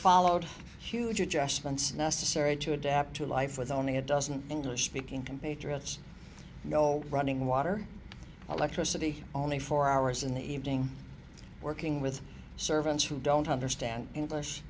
followed a huge adjustments necessary to adapt to life with only a dozen english speaking compatriots no running water electricity only four hours in the evening working with servants who don't understand english